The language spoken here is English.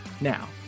Now